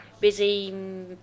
busy